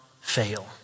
fail